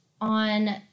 on